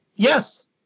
Yes